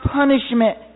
punishment